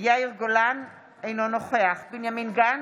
יאיר גולן, אינו נוכח בנימין גנץ,